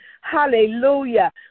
Hallelujah